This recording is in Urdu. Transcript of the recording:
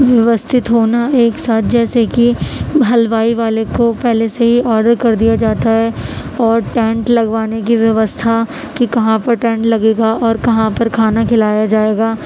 بیوستھت ہونا ایک ساتھ جیسے کہ حلوائی والے کو پہلے سے آرڈر کر دیا جاتا ہے اور ٹینٹ لگوانے کی بیوستھا کہ کہاں پر ٹینٹ لگے گا اور کہاں پر کھانا کھلایا جائے گا